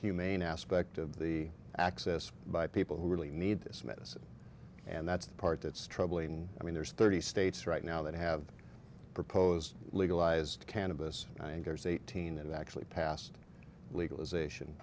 humane aspect of the access by people who really need this medicine and that's the part that's troubling i mean there's thirty states right now that have proposed legalized cannabis and there's eighteen that actually passed legalization